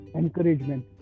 encouragement